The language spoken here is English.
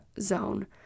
zone